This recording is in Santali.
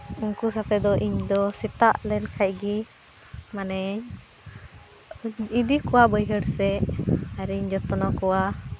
ᱩᱱᱠᱩ ᱥᱟᱶᱛᱮ ᱫᱚ ᱤᱧ ᱫᱚ ᱥᱮᱛᱟᱜ ᱞᱮᱱ ᱠᱷᱟᱡ ᱜᱮ ᱢᱟᱱᱮᱧ ᱤᱫᱤ ᱠᱚᱣᱟ ᱵᱟᱹᱭᱦᱟᱹᱲ ᱥᱮᱡ ᱟᱨᱤᱧ ᱡᱚᱛᱱᱚ ᱠᱚᱣᱟ